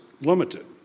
limited